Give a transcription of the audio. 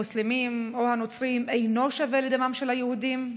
המוסלמים או הנוצרים אינו שווה לדמם של היהודים,